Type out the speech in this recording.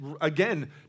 again